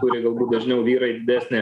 turi galbūt dažniau vyrai didesnę